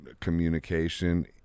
communication